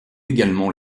également